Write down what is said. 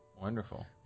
Wonderful